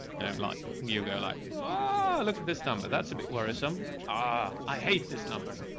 like you go like, oh, look at this number. that's a bit worrisome. ah, i hate this number.